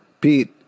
Pete